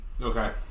okay